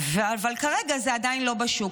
אבל כרגע זה עדיין לא בשוק.